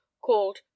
called